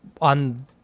on